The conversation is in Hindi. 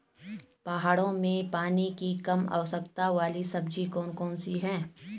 पहाड़ों में पानी की कम आवश्यकता वाली सब्जी कौन कौन सी हैं?